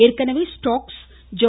ஏற்கனவே Stokes Joe